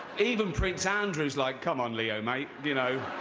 even prince andrew's like, come on, leo, mate. you know